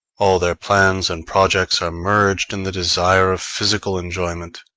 all their plans and projects are merged in the desire of physical enjoyment,